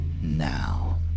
now